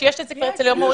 יש את זה כבר אצל מור-יוסף.